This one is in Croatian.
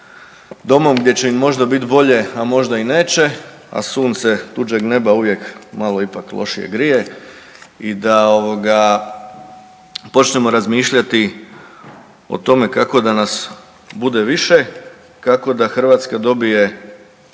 domom gdje će im možda bit bolje, a možda i neće, a sunce tuđeg neba uvijek malo ipak lošije grije i da ovoga počnemo razmišljati o tome kako da nas bude više, kako da Hrvatska dobije